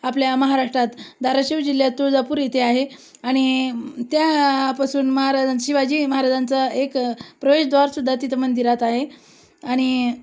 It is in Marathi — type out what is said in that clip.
आपल्या महाराष्ट्रात धाराशिव जिल्ह्यात तुळजापूर इथे आहे आणि त्यापासून महाराज शिवाजी महाराजांचा एक प्रवेशद्वारसुद्धा तिथं मंदिरात आहे आणि